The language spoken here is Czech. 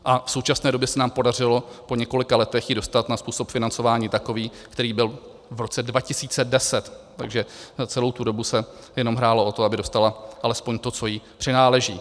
V současné době se nám podařilo po několika letech ji dostat na způsob financování takový, který byl v roce 2010, takže za celou tu dobu se jenom hrálo o to, aby dostala alespoň to, co jí přináleží.